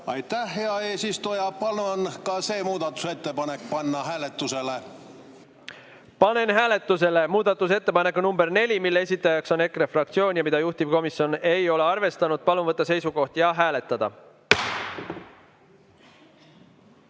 Aitäh, hea eesistuja! Palun ka see muudatusettepanek panna hääletusele. Panen hääletusele muudatusettepaneku nr 4, mille esitaja on EKRE fraktsioon ja mida juhtivkomisjon ei ole arvestanud. Palun võtta seisukoht ja hääletada!